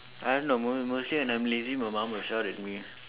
I don't know mo~ mostly when I'm lazy my mum would shout at me